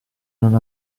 non